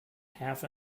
half